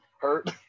hurt